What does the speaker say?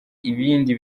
ibindi